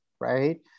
right